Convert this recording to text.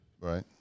Right